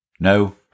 No